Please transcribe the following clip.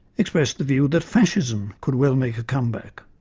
expressed the view that fascism could well make a comeback.